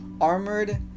armored